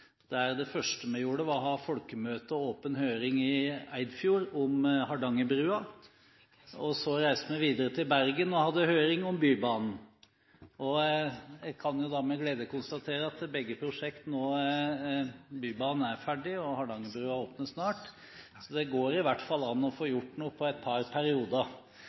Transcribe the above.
der det første vi gjorde var å ha folkemøte og åpen høring i Eidfjord om Hardangerbrua. Så reiste vi videre til Bergen og hadde høring om Bybanen. Jeg kan med glede konstatere at Bybanen er ferdig og at Hardangerbrua åpner snart, så det går i hvert fall an å få gjort noe på et par perioder.